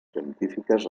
científiques